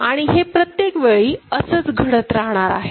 आणि हे प्रत्येक वेळी असंच घडत राहणार आहे